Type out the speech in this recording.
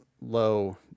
low